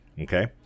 okay